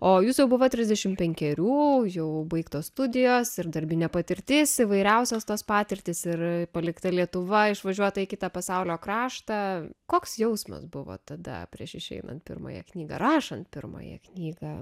o jūs jau buvo trisdešim penkerių jau baigtos studijos ir darbinė patirtis įvairiausios tos patirtys ir palikta lietuva išvažiuota į kitą pasaulio kraštą koks jausmas buvo tada prieš išeinant pirmąją knygą rašant pirmąją knygą